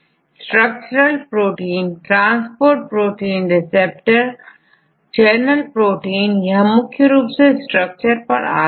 जैसे antibody structural protein enzymes transport protein regulatory protein receptor channel protein यह मुख्य रूप से स्ट्रक्चर पर आधारित होते हैं